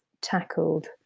tackled